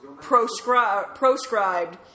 proscribed